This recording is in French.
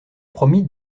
promit